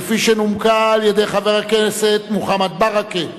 כפי שנומקה על-ידי חבר הכנסת מוחמד ברכה,